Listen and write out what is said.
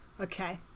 Okay